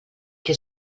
que